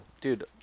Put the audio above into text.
Dude